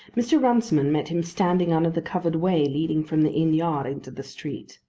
mr. runciman met him standing under the covered way leading from the inn yard into the street.